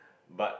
but